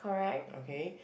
okay